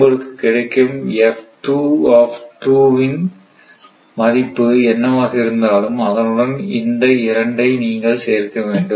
உங்களுக்கு கிடைக்கும் மதிப்பு என்னவாக இருந்தாலும் அதனுடன் இந்த இரண்டை நீங்கள் சேர்க்க வேண்டும்